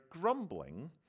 grumbling